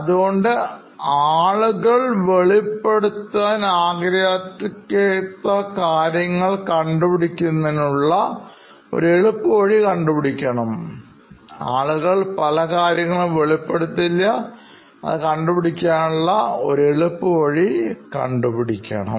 അതുകൊണ്ട് ആളുകൾ വെളിപ്പെടുത്താത്ത കാര്യങ്ങൾ കണ്ടുപിടിക്കുന്നതിനുള്ള എളുപ്പമാർഗ്ഗം കണ്ടുപിടിക്കണം